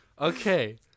Okay